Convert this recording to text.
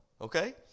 okay